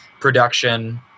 production